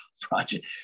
project